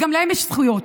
וגם להם יש זכויות.